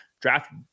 draft